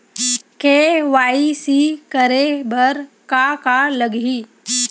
KYC करे बर का का लगही?